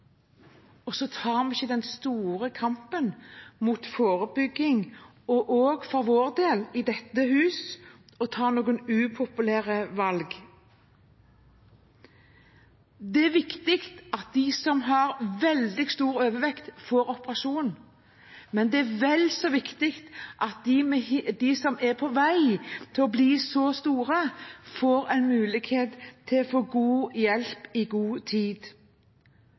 ta noen upopulære valg? Det er viktig at de som har veldig stor overvekt, får operasjon, men det er vel så viktig at de som er på vei til å bli så store, får en mulighet til å få god hjelp i god tid.